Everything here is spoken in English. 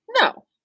No